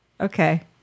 Okay